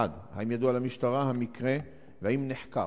1. האם ידוע המקרה למשטרה והאם נחקר?